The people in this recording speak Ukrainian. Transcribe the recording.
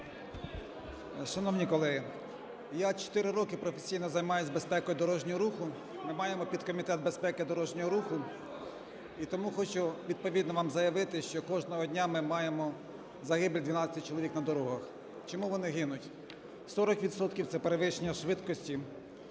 Шановні колеги, я 4 роки професійно займаюся безпекою дорожнього руху. Ми маємо підкомітет безпеки дорожнього руху. І тому хочу відповідно вам заявити, що кожного дня ми маємо загибель 12 чоловік на дорогах. Чому вони гинуть? 40 відсотків – це перевищення швидкості,